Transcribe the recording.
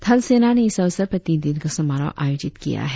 थलसेना ने इस अवसर पर तीन दिन का समारोह आयोजित किया है